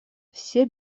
все